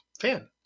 fan